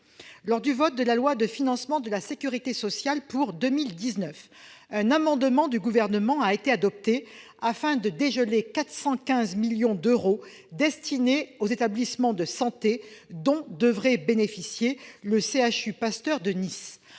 Lors du vote du projet de loi de financement de la sécurité sociale pour 2019, un amendement du Gouvernement a été adopté afin de dégeler 415 millions d'euros destinés aux établissements de santé, dont devrait bénéficier le CHU Pasteur de Nice.